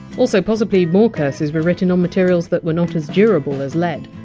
also possibly more curses were written on materials that were not as durable as lead,